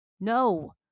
No